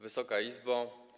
Wysoka Izbo!